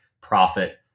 profit